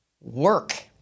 work